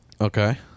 Okay